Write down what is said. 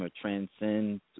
transcend